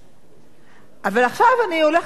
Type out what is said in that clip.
אבל עכשיו אני הולכת לחנות ספרים,